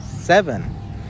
Seven